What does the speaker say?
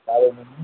कालो नुनिया